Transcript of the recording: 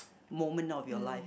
moment of your life